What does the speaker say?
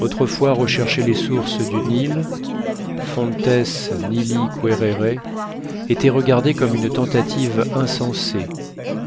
autrefois rechercher les sources du nil fontes nili qurere était regardé comme une tentative insensée